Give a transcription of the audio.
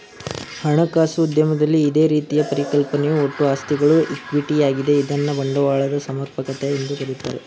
ಹಣಕಾಸು ಉದ್ಯಮದಲ್ಲಿ ಇದೇ ರೀತಿಯ ಪರಿಕಲ್ಪನೆಯು ಒಟ್ಟು ಆಸ್ತಿಗಳು ಈಕ್ವಿಟಿ ಯಾಗಿದೆ ಇದ್ನ ಬಂಡವಾಳದ ಸಮರ್ಪಕತೆ ಎಂದು ಕರೆಯುತ್ತಾರೆ